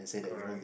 correct